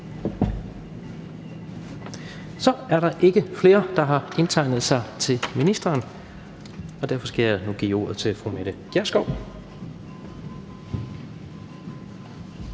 Så er der ikke flere, der har indtegnet sig til korte bemærkninger til ministeren, og derfor skal jeg nu give ordet til fru Mette Gjerskov.